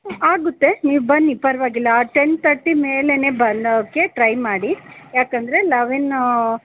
ಆಗುತ್ತೆ ನೀವು ಬನ್ನಿ ಪರವಾಗಿಲ್ಲ ಟೆನ್ ಥರ್ಟಿ ಮೇಲೆನೇ ಬನ್ನೋಕ್ಕೆ ಟ್ರೈ ಮಾಡಿ ಯಾಕಂದರೆ ಲೆವೆನ್ನು